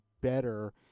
better